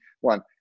one